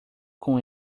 com